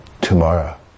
Tomorrow